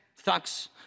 thugs